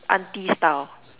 auntie style